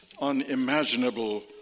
unimaginable